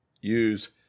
use